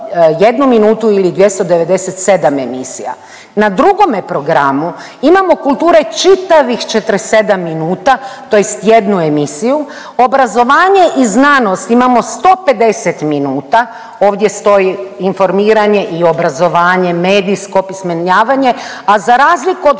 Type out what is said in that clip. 10.401 minuta ili 297 emisija. Na drugome programu imamo kulture čitavih 47 minuta tj. jednu emisiju, obrazovanje i znanost imamo 150 minuta ovdje stoji informiranje i obrazovanje, medijsko opismenjavanje, a za razliku od